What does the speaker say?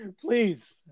Please